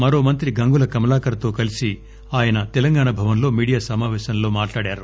మరో మంత్రి గంగుల కమలాకర్ తో కలిసి ఆయన తెలంగాణ భవన్లో మీడియా సమాపేశంలో మాడ్లాడారు